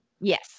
Yes